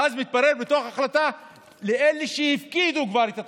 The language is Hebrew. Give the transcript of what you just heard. ואז מתברר בתוך ההחלטה שזה לאלה שכבר הפקידו את התוכנית,